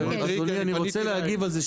אדוני אני רוצה להגיב על זה,